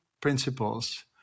principles